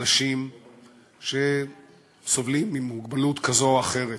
אנשים שסובלים ממוגבלות כזאת או אחרת,